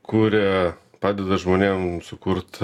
kuria padeda žmonėm sukurt